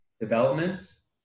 developments